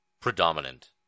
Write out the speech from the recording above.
predominant